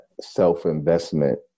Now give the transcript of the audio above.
self-investment